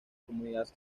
comunidad